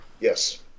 yes